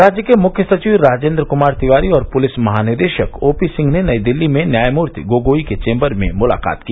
राज्य के मुख्य सचिव राजेन्द्र कुमार तिवारी और पुलिस महानिदेशक ओ पी सिंह ने नई दिल्ली में न्यायमूर्ति गोगोई के चैम्बर में मुलाकात की